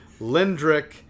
Lindrick